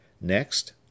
next